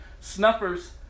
snuffers